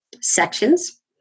sections